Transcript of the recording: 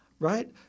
Right